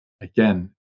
again